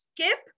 skip